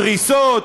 דריסות,